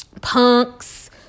punks